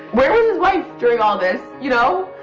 where is his wife during all this, you know?